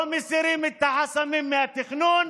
לא מסירים את החסמים מהתכנון,